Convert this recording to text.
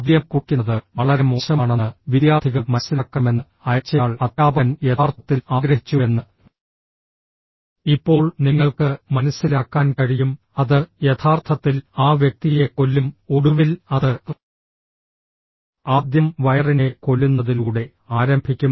മദ്യം കുടിക്കുന്നത് വളരെ മോശമാണെന്ന് വിദ്യാർത്ഥികൾ മനസ്സിലാക്കണമെന്ന് അയച്ചയാൾ അധ്യാപകൻ യഥാർത്ഥത്തിൽ ആഗ്രഹിച്ചുവെന്ന് ഇപ്പോൾ നിങ്ങൾക്ക് മനസ്സിലാക്കാൻ കഴിയും അത് യഥാർത്ഥത്തിൽ ആ വ്യക്തിയെ കൊല്ലും ഒടുവിൽ അത് ആദ്യം വയറിനെ കൊല്ലുന്നതിലൂടെ ആരംഭിക്കും